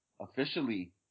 Officially